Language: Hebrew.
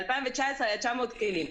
ב-2019 היו 900 כלי רכב.